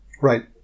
right